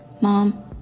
Mom